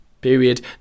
period